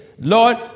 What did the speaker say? Lord